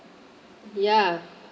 ya